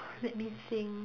let me think